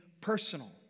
personal